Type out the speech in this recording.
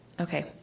Okay